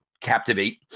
captivate